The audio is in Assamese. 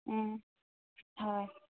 হয়